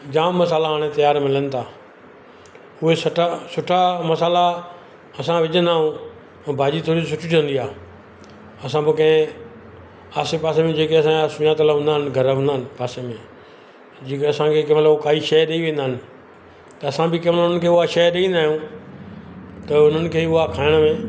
जाम मसाला हाणे तयार मिलनि था उहे सटा सुठा मसाला असां विझंदा आहियूं पोइ भाॼी थोरी सुठी ठहंदी आहे असां पोइ कंहिं आसे पासे में जेके असांजा सुञातल हूंदा आहिनि घर हूंदा आहिनि आसे पासे में जेके असांखे कंहिं महिल उहा काई शय ॾेई वेंदा आहिनि त असां बि कंहिं महिल उन्हनि खे उहा शय ॾेई ईंदा आहियूं त उन्हनि खे उहा खाइण में